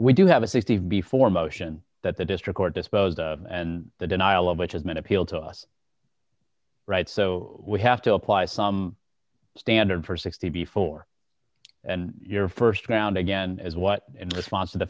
we do have a safety before motion that the district court disposed of and the denial of which has been appealed to us right so we have to apply some standard for sixty before your st round again as what and response to the